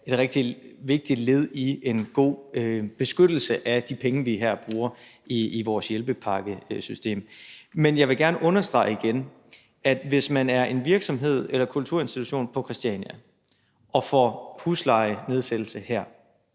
et rigtig vigtigt led i at få en god beskyttelse af de penge, vi her bruger i vores hjælpepakkesystem. Men jeg vil gerne understrege igen, at hvis man er en virksomhed eller kulturinstitution på Christiania og får huslejenedsættelse her